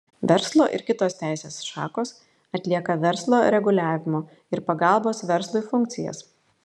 verslo ir kitos teisės šakos atlieka verslo reguliavimo ir pagalbos verslui funkcijas